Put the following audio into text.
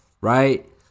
right